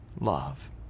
love